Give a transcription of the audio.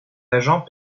agents